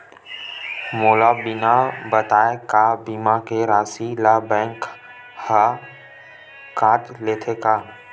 मोला बिना बताय का बीमा के राशि ला बैंक हा कत लेते का?